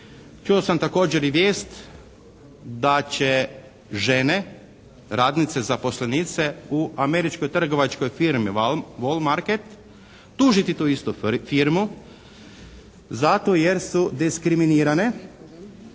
čuo sam također i vijest da će žene, radnice zaposlenice u američkoj trgovačkoj firmi "Wollmarket" tužiti tu istu firmu zato jer su diskriminirane